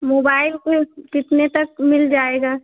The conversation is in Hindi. मुबाइल कितने तक मिल जाएगा